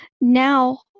Now